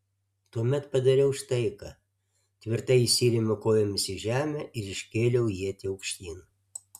tuomet padariau štai ką tvirtai įsirėmiau kojomis į žemę ir iškėliau ietį aukštyn